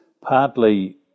partly